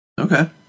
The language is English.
Okay